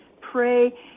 pray